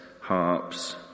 harps